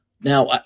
Now